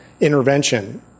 intervention